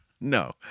No